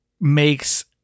makes